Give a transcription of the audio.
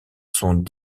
sont